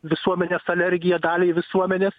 visuomenės alergiją daliai visuomenės